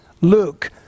Luke